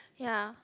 ya